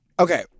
Okay